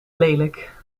lelijk